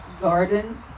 gardens